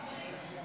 חברים,